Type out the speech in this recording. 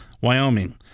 Wyoming